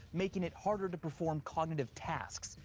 making it harder to perform cognitive tasks,